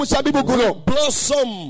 blossom